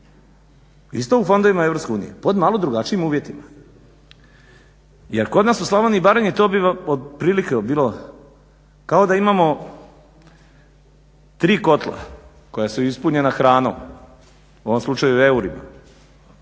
isto u fondovima EU pod malo drugačijim uvjetima. Jer kod nas u Slavoniji i Baranji to bi vam otprilike bilo kao da imamo tri kotla koja su ispunjena hranom, u ovom slučaju eurima.